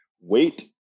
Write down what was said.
Wait